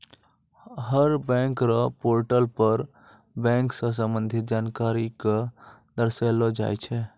हर bank र portal पर bank स संबंधित जानकारी क दर्शैलो जाय छै